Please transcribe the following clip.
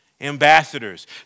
ambassadors